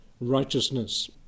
righteousness